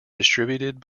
distributed